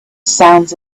sounds